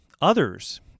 others